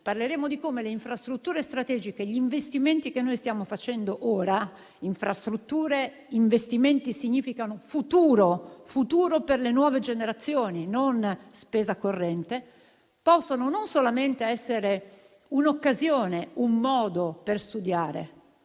cioè di come le infrastrutture strategiche e gli investimenti che stiamo facendo ora (infrastrutture e investimenti che significano futuro per le nuove generazioni, non spesa corrente) possano non solamente essere un'occasione, un modo per studiare,